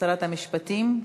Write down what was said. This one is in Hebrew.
שרת המשפטים?